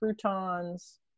croutons